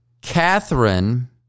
Catherine